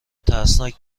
ترسناک